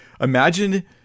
imagine